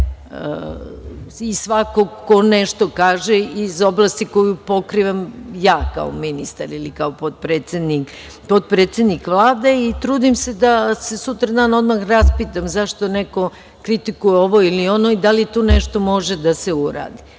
i svakoga ko nešto kaže iz oblasti koju pokrivam ja kao ministar ili kao potpredsednik Vlade i trudim se da se sutradan odmah raspitam zašto neko kritikuje ovo ili ono i da li tu nešto može da se uradi. Ne